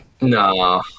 No